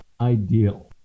ideal